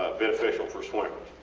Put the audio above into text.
ah beneficial for swimmers.